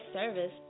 service